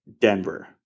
Denver